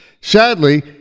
Sadly